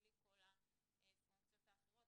בלי כל הפונקציות האחרות.